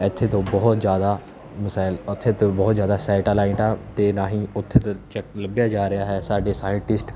ਇੱਥੇ ਤੋਂ ਬਹੁਤ ਜ਼ਿਆਦਾ ਮਿਸਾਇਲ ਉੱਥੇ ਤੋਂ ਬਹੁਤ ਜ਼ਿਆਦਾ ਸੈਟੇਲਾਈਟਾਂ ਦੇ ਰਾਹੀਂ ਉੱਥੇ ਤੋਂ ਚੈਕ ਲੱਭਿਆ ਜਾ ਰਿਹਾ ਹੈ ਸਾਡੇ ਸਾਇਟਿਸਟ